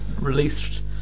released